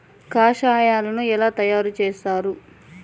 కషాయాలను ఎలా తయారు చేస్తారు?